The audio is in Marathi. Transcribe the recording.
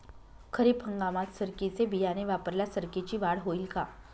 खरीप हंगामात सरकीचे बियाणे वापरल्यास सरकीची वाढ होईल का?